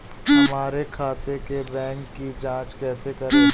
हमारे खाते के बैंक की जाँच कैसे करें?